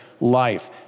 life